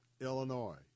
Illinois